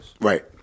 Right